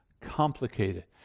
complicated